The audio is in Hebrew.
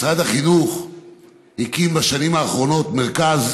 משרד החינוך הקים בשנים האחרונות מרכז